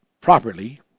properly